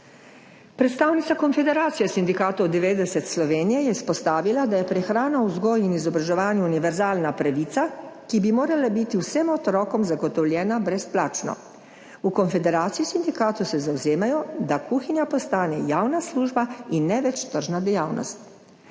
Predstavnica Konfederacije sindikatov 90 Slovenije je izpostavila, da je prehrana v vzgoji in izobraževanju univerzalna pravica, ki bi morala biti vsem otrokom zagotovljena brezplačno. V Konfederaciji sindikatov se zavzemajo, da kuhinja postane javna služba in ne več tržna dejavnost.